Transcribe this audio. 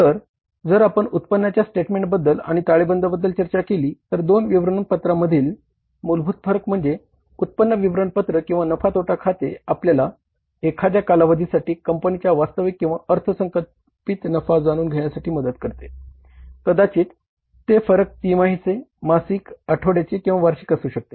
तर जर आपण उत्पन्नाच्या स्टेटमेंटबद्दल आणि ताळेबंदबद्दल चर्चा केली तर दोन विवरणपत्रांमधील मूलभूत फरक म्हणजे उत्पन्न विवरण किंवा नफा तोटा खाते आपल्याला एखाद्या कालावधीसाठी कंपनीचा वास्तविक किंवा अर्थसंकल्पित नफा जाणून घेण्यास मदत करते कदाचित ते फरक तिमाहीचे मासिक आठवड्याचे किंवा वार्षिक असू शकते